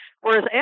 whereas